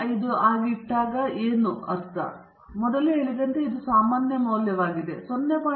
05 ಆಗಿ ಇರುವಾಗ ನಾನು ಏನು ಮಾಡುತ್ತಿದ್ದೇನೆಂದರೆ ನಾನು ಮೊದಲೇ ಹೇಳಿದಂತೆ ಇದು ಸಾಮಾನ್ಯ ಮೌಲ್ಯವಾಗಿದೆ ನೀವು 0